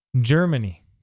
Germany